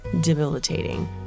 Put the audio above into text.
debilitating